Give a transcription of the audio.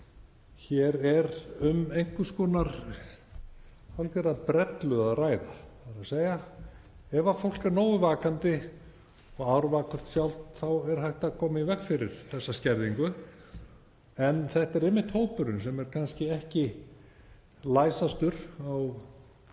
Hér er um einhvers konar hálfgerða brellu að ræða, þ.e. ef fólk er nógu vakandi og árvakurt sjálft þá er hægt að koma í veg fyrir þessa skerðingu. En þetta er einmitt hópurinn sem er kannski ekki læsastur á